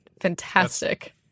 fantastic